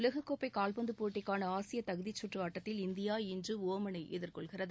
உலகக்கோப்பைகால்பந்துபோட்டிக்கானஆசியதகுதிச்சுற்றுஆட்டத்தில்இந் தியாஇன்றுஓமனைதிர்கொள்கிறது